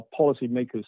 policymakers